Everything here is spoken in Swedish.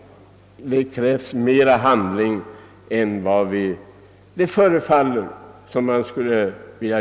Det krävs mera handling än vad man förefaller att vara villig till.